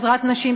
"עזרת נשים",